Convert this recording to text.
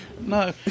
No